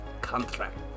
contract